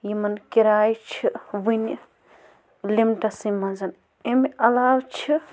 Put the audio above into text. یِمَن کِراے چھِ وٕنہِ لِمٹَسٕے منٛز اَمہِ علاوٕ چھِ